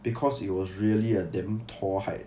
because it was really a damn tall height